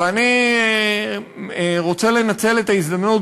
ואני רוצה לנצל את ההזדמנות,